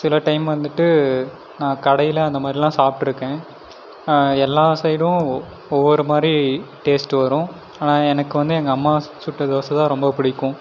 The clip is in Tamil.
சில டைம் வந்துட்டு நான் கடையில் அந்தமாரிலாம் சாப்பிட்ருக்கேன் எல்லா சைடும் ஒவ்வொரு மாரி டேஸ்ட்டு வரும் ஆனால் எனக்கு வந்து எங்கள் அம்மா ஸ் சுட்ட தோசை தான் ரொம்ப பிடிக்கும்